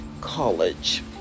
College